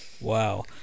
Wow